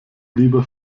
lieber